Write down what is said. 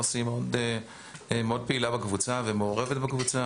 אוסי היא מאוד פעילה בקבוצה ומעורבת בקבוצה,